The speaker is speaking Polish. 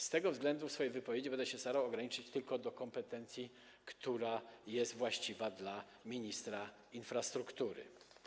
Z tego względu w swojej wypowiedzi będę się starał ograniczyć tylko do kompetencji, która jest właściwa dla ministra infrastruktury.